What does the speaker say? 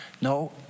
No